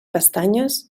pestanyes